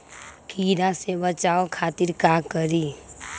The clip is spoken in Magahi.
कीरा से बचाओ खातिर का करी?